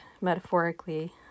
metaphorically